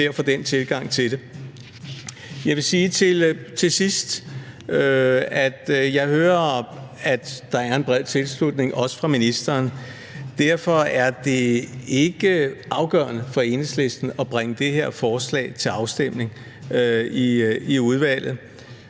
Jeg vil sige til sidst, at jeg hører, at der er en bred tilslutning, også fra ministeren. Derfor er det ikke afgørende for Enhedslisten at bringe det her forslag til afstemning i udvalget.